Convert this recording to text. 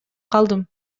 калдым